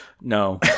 no